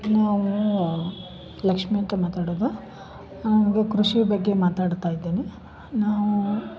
ನಾವು ಲಕ್ಷ್ಮಿ ಅಕ್ಕ ಮಾತಾಡೋದು ನನಗೆ ಕೃಷಿ ಬಗ್ಗೆ ಮಾತಾಡ್ತಾಯಿದ್ದೇನೆ ನಾವು